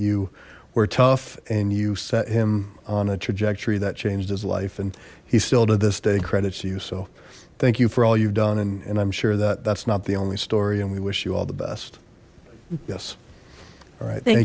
you were tough and you set him on a trajectory that changed his life and he still to this day credit to you so thank you for all you've done and i'm sure that that's not the only story and we wish you all the best yes all right